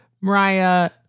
Mariah